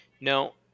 no